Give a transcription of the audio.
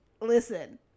listen